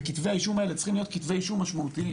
וכתבי האישום האלה צריכים להיות כתבי אישום משמעותיים,